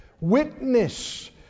Witness